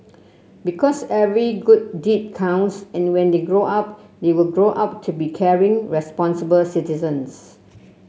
because every good deed counts and when they grow up they will grow up to be caring responsible citizens